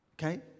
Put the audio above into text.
Okay